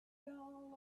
all